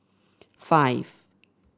five